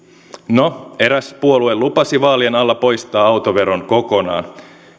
no eräs puolue lupasi vaalien alla poistaa autoveron kokonaan